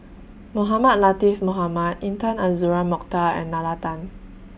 Mohamed Latiff Mohamed Intan Azura Mokhtar and Nalla Tan